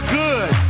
good